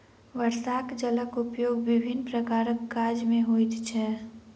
वर्षाक जलक उपयोग विभिन्न प्रकारक काज मे होइत छै